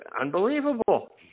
unbelievable